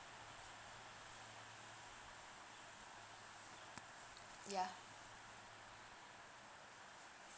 ya